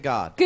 God